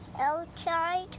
Outside